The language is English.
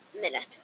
Minute